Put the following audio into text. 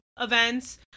events